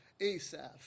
Asaph